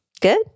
Good